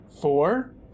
four